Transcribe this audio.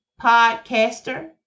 Podcaster